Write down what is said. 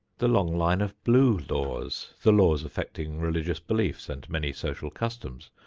the long line of blue laws, the laws affecting religious beliefs and many social customs,